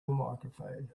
microphone